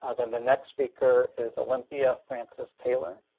ah then the next speaker is olympia francis taylor.